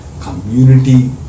community